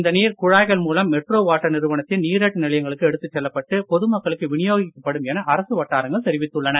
இந்த நீர் குழாய்கள் மூலம் மெட்ரோ வாட்டர் நிறுவனத்தின் நீரேற்று நிலையங்களுக்கு எடுத்துச் செல்லப்பட்டு பொதுமக்களுக்கு விநியோகிக்கப்படும் என அரசு வட்டாரங்கள் தெரிவித்துள்ளன